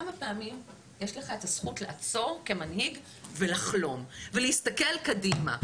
כמה פעמים יש לך הזכות לעצור כמנהיג ולחלום ולהסתכל קדימה,